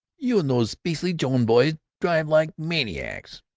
you and those beastly jones boys drive like maniacs.